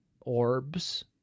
orbs